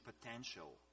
potential